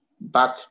back